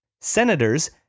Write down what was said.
Senators